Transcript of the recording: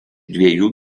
dviejų